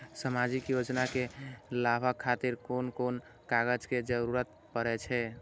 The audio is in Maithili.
सामाजिक योजना के लाभक खातिर कोन कोन कागज के जरुरत परै छै?